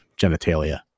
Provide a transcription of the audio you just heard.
genitalia